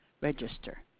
register